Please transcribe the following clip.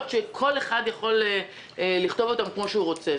שכל אחד יכול לכתוב אותן כפי שהוא רוצה.